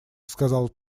сказал